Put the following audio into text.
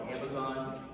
Amazon